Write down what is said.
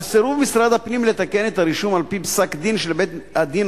על סירוב משרד הפנים לתקן את הרישום על-פי פסק-דין של בית-הדין